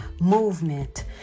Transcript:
Movement